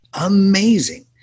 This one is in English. amazing